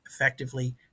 effectively